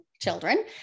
children